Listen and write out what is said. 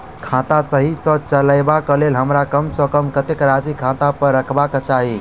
खाता सही सँ चलेबाक लेल हमरा कम सँ कम कतेक राशि खाता पर रखबाक चाहि?